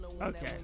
Okay